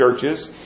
churches